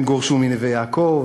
הם גורשו מנווה-יעקב,